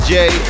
Jay